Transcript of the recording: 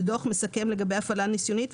ודוח מסכם לגבי ההפעלה הניסיונית,